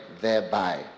thereby